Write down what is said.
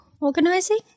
organising